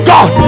God